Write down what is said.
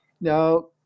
Now